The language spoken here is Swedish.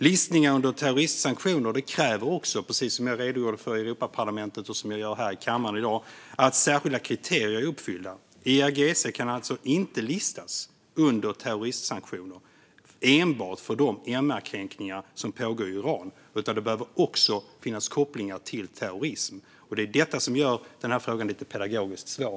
Listningar under terroristsanktioner kräver också, som jag redogjorde för i Europaparlamentet och redogör för här i kammaren i dag, att särskilda kriterier är uppfyllda. IRGC kan alltså inte listas under terroristsanktioner enbart för de MR-kränkningar som pågår i Iran. Det behöver också finnas kopplingar till terrorism. Det är detta som gör frågan lite pedagogiskt svår.